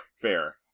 fair